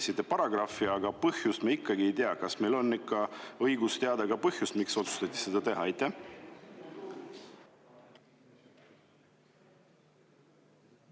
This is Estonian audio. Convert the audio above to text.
paragrahvi, aga põhjust me ikkagi ei tea. Kas meil on õigus teada põhjust, miks otsustati seda teha? Aitäh,